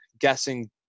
guessing